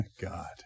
God